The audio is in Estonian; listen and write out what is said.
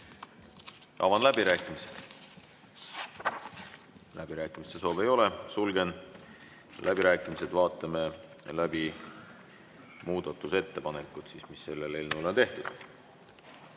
Avan läbirääkimised. Läbirääkimiste soovi ei ole, sulgen läbirääkimised. Vaatame läbi muudatusettepanekud, mis selle eelnõu kohta on tehtud.